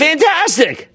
Fantastic